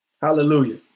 hallelujah